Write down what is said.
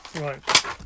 Right